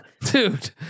dude